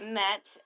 met